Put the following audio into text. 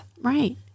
Right